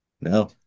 No